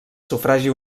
sufragi